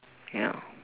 ya